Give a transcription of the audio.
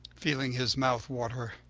feeling his mouth water.